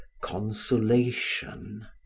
consolation